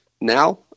Now